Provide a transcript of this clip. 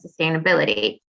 sustainability